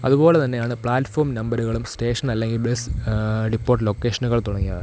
അതുപോലെതന്നെയാണ് പ്ലാറ്റ്ഫോം നമ്പറുകളും സ്റ്റേഷൻ അല്ലെങ്കിൽ ബസ് ഡിപ്പോട്ട് ലൊക്കേഷനുകൾ തുടങ്ങിയവ